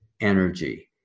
energy